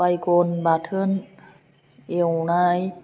बायगन बाथोन एवनाय